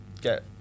get